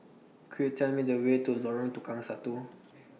Could YOU Tell Me The Way to Lorong Tukang Satu